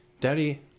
Daddy